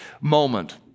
moment